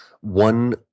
one